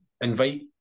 invite